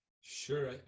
Sure